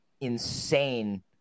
insane